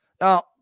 Now